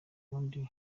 ubundi